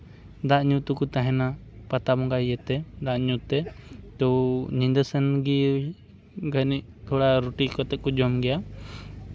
ᱫᱟᱜ ᱧᱩ ᱛᱮᱠᱚ ᱛᱟᱦᱮᱱᱟ ᱯᱟᱛᱟ ᱵᱚᱸᱜᱟ ᱤᱭᱟᱹᱛᱮ ᱫᱟᱜ ᱧᱩ ᱛᱮ ᱛᱳ ᱧᱤᱫᱟᱹ ᱥᱮᱱ ᱜᱮ ᱡᱟᱹᱱᱤᱡ ᱛᱷᱚᱲᱟ ᱨᱩᱴᱤ ᱠᱟᱛᱮᱫ ᱠᱚ ᱡᱚᱢ ᱜᱮᱭᱟ